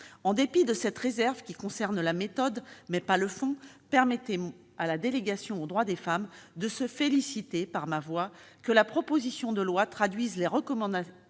En dépit de cette réserve, relative à la méthode et non au fond, permettez à la délégation aux droits des femmes de se féliciter, par ma voix, que la proposition de loi traduise des recommandations